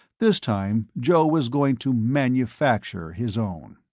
this time joe was going to manufacture his own.